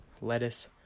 lettuce